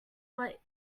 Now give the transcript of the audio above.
but